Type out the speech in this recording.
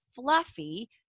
fluffy